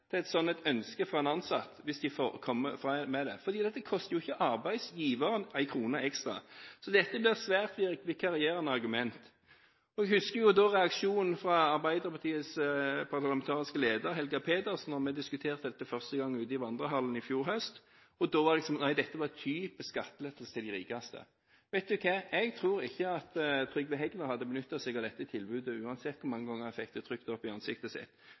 et sånt ønske fra en ansatt, for det koster jo ikke arbeidsgiveren én krone ekstra. Dette blir et svært vikarierende argument. Jeg husker reaksjonen fra Arbeiderpartiets parlamentariske leder, Helga Pedersen, da vi diskuterte dette for første gang ute i vandrehallen i fjor høst. Da var svaret: Nei, dette var typisk skattelettelse til de rikeste. Vet dere – jeg tror ikke Trygve Hegnar hadde benyttet seg av dette tilbudet, uansett hvor mange ganger han fikk det trykt opp i ansiktet sitt.